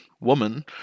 woman